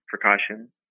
precaution